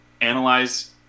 analyze